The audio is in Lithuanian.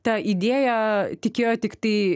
ta idėja tikėjo tiktai